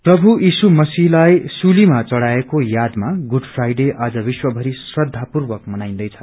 प्रभु ईशु मसीहलाई शुलीमा चढ़ाइएको यादामा गुड फ्राईडे आज विश्वभरि श्रदापूर्वक मनाईन्दैछ